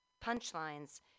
punchlines